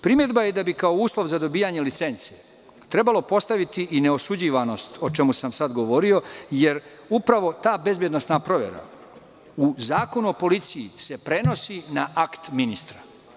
Primedba je da bi kao uslov za dobijanje licence trebalo postaviti i neosuđivanost, o čemu sam sad govorio, jer upravo ta bezbednosna provera u Zakonu o policiji se prenosi na akt ministra.